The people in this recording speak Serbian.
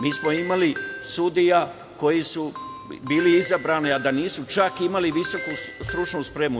Mi smo imali sudije koje su bile izabrane, a da nisu čak imali visoku stručnu spremu.